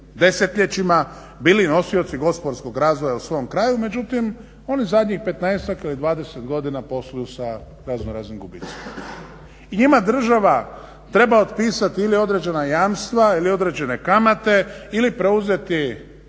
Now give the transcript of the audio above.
desetljećima bili nosioci gospodarskog razvoja u svom kraju, međutim oni zadnjih petnaestak ili 20 godina posluju sa raznoraznim gubicima. I njima država treba otpisati ili određena jamstva ili određene kamate ili preuzeti